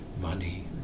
money